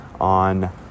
on